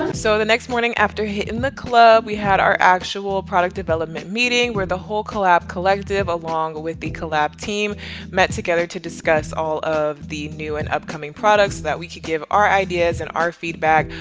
so the next morning after hitting the club, we had our actual product development meeting, where the whole col-lab collective along with the col-lab team met together to discuss all of the new and upcoming products, that we could give our ideas and our feedback,